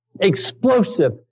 explosive